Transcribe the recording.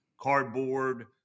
cardboard